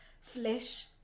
flesh